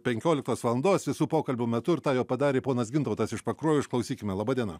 penkioliktos valandos visų pokalbių metu ir tą jau padarė ponas gintautas iš pakruojo išklausykime laba diena